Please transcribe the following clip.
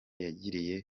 yagiriye